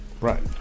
Right